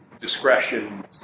discretion